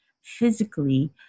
physically